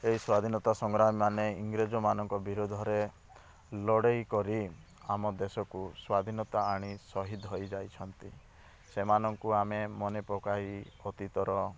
ଏହି ସ୍ବାଧିନତା ସଂଗ୍ରାମୀ ମାନେ ଇରେଂଜ ମାନଙ୍କ ବିରୋଧରେ ଲଢ଼େଇ କରି ଆମ ଦେଶକୁ ସ୍ବାଧିନତା ଆଣି ସହୀଦ ହୋଇଯାଇଛନ୍ତି ସେମାନଙ୍କୁ ଆମେ ମନେ ପକାଇ ଅତୀତର